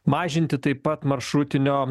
mažinti taip pat maršrutinio